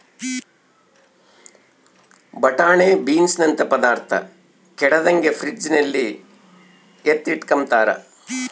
ಬಟಾಣೆ ಬೀನ್ಸನಂತ ಪದಾರ್ಥ ಕೆಡದಂಗೆ ಫ್ರಿಡ್ಜಲ್ಲಿ ಎತ್ತಿಟ್ಕಂಬ್ತಾರ